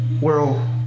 World